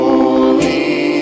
Holy